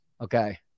Okay